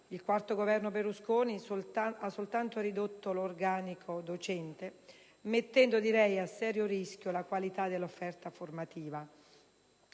il quarto Governo Berlusconi ha soltanto ridotto l'organico docente, mettendo a serio rischio la qualità dell'offerta formativa.